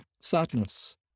sadness